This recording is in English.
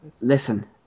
Listen